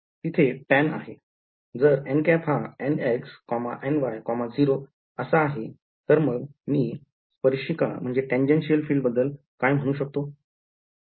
तिथे टॅन आहे जर nˆ हा nx ny 0 असा आहे तर मग मी स्पर्शिका म्हणजे tangential फील्ड बद्दल काय म्हणू शकतो